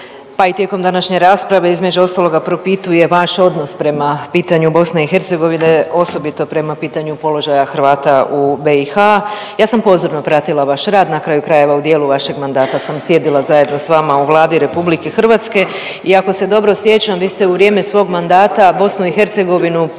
pa i tijekom današnje rasprave između ostaloga propituje vaš odnos prema pitanju BiH, osobito prema pitanju položaju Hrvata u BiH. Ja sam pozorno pratila vaš rad, na kraju krajeva u dijelu vašeg mandata sam sjedila zajedno s vama u Vladi RH i ako se dobro sjećam vi ste u vrijeme svog mandata BiH posjetili